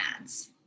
ads